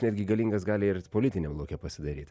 netgi galingas gali ir politiniam lauke pasidaryt